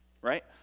Right